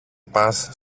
πας